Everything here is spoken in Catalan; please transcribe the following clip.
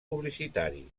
publicitaris